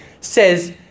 says